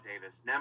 Davis